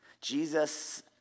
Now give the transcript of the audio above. Jesus